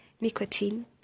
nicotine